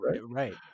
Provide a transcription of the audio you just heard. Right